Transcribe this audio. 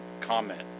comment